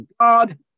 God